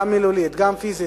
גם מילולית וגם פיזית,